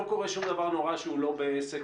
לא קורה שום דבר נורא שהוא לא במהלך